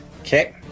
Okay